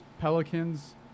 pelicans